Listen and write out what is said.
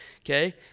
okay